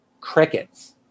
crickets